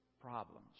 problems